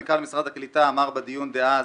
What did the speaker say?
מנכ"ל משרד הקליטה אמר בדיון דאז,